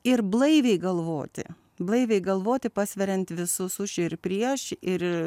ir blaiviai galvoti blaiviai galvoti pasveriant visus už ir prieš ir